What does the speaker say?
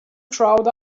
crowd